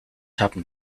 happened